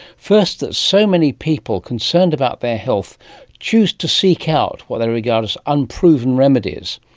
first, that so many people concerned about their health choose to seek out what they regard as unproven remedies.